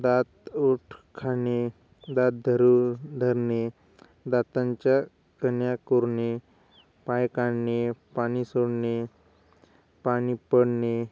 दात ओठ खाणे दात धरून धरणे दातांच्या कण्या कोरणे पाय काढणे पाणी सोडणे पाणी पडणे